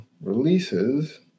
releases